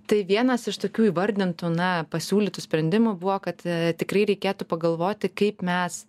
tai vienas iš tokių įvardintų na pasiūlytų sprendimų buvo kad tikrai reikėtų pagalvoti kaip mes